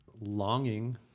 longing